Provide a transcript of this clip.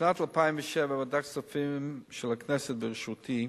בשנת 2007 ועדת הכספים של הכנסת, בראשותי,